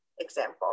example